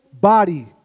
body